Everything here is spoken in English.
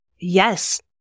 Yes